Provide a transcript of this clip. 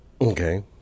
Okay